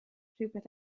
rhywbeth